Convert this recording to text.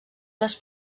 les